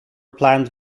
planned